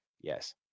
Yes